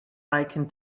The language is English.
icon